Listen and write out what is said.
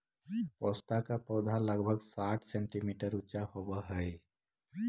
पोस्ता का पौधा लगभग साठ सेंटीमीटर ऊंचा होवअ हई